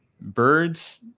birds